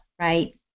right